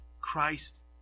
Christ